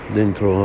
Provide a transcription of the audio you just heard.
dentro